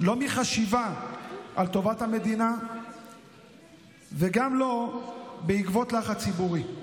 לא מחשיבה על טובת המדינה וגם לא בעקבות לחץ ציבורי.